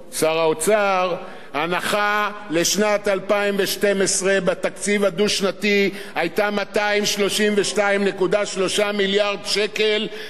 ההנחה לשנת 2012 בתקציב הדו-שנתי היתה 232.3 מיליארד שקל גבייה ממסים.